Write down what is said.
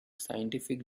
scientific